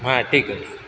हां ठीक आहे